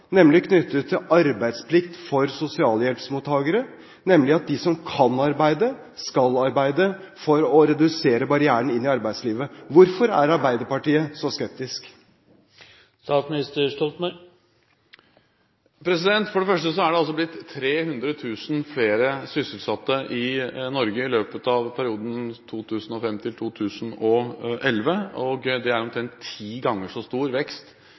knyttet til arbeidsplikt for sosialhjelpsmottakere, nemlig at de som kan arbeide, skal arbeide, for å redusere barrieren for å komme inn i arbeidslivet. Hvorfor er Arbeiderpartiet så skeptisk? For det første er det altså blitt 300 000 flere sysselsatte i Norge i løpet av perioden 2005–2011. Det er omtrent ti ganger så stor vekst